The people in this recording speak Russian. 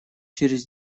через